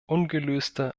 ungelöste